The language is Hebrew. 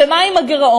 ומה עם הגירעון?